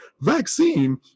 vaccine